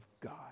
God